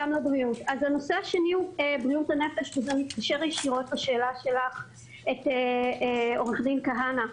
הנושא השני הוא בריאות הנפש וזה מתקשר ישירות לשאלה שלך את עו"ד כהנא.